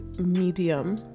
medium